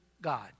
God